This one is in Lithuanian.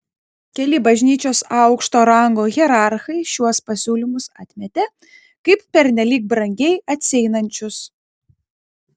keli bažnyčios aukšto rango hierarchai šiuos pasiūlymus atmetė kaip pernelyg brangiai atsieinančius